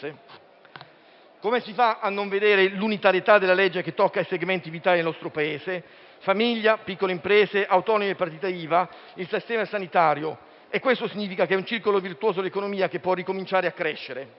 Come si fa a non vedere l'unitarietà della legge, che tocca i segmenti vitali del nostro Paese: famiglia, piccole imprese, autonomi e partite IVA, il sistema sanitario? Questo significa che tutto un circolo virtuoso dell'economia può ricominciare a crescere.